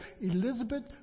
Elizabeth